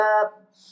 up